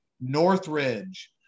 Northridge